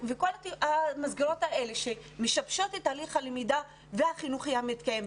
וכל המסגרות האלה שמשבשות את תהליך הלמידה החינוכי שמתקיים.